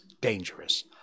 dangerous